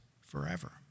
forever